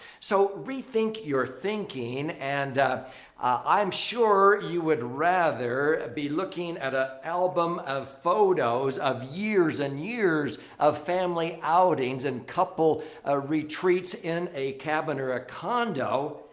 so, rethink your thinking. and i'm sure you would rather be looking at an ah album of photos of years and years of family outings and couple ah retreats in a cabin or a condo.